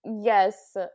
Yes